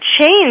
change